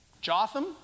Jotham